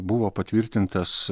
buvo patvirtintas